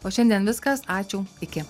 o šiandien viskas ačiū iki